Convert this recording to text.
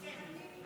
כן.